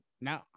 no